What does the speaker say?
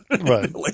right